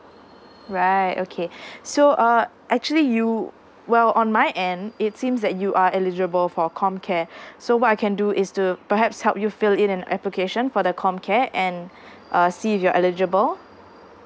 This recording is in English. right okay so uh actually you well on my end it seems that you are eligible for com care so what I can do is to perhaps help you fill in an application for the com care and uh see if you are eligible